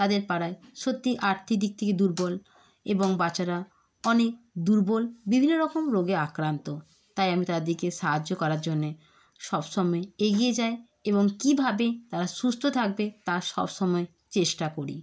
তাদের পাড়ায় সত্যিই আর্থিক দিক থেকে দুর্বল এবং বাচ্চারা অনেক দুর্বল বিভিন্ন রকম রোগে আক্রান্ত তাই আমি তাদেরকে সাহায্য করার জন্যে সব সময় এগিয়ে যাই এবং কীভাবে তারা সুস্থ থাকবে তা সব সময়ে চেষ্টা করি